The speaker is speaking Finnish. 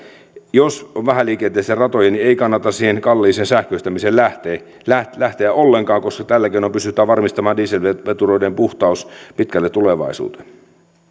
jos on vähäliikenteisiä ratoja niin ei kannata siihen kalliiseen sähköistämiseen lähteä ollenkaan koska tällä keinoin pystytään varmistamaan dieselvetureiden puhtaus pitkälle tulevaisuuteen